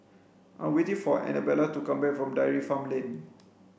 I'm waiting for Anabella to come back from Dairy Farm Lane